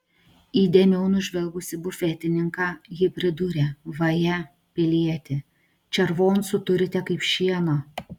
įdėmiau nužvelgusi bufetininką ji pridūrė vaje pilieti červoncų turite kaip šieno